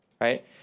Right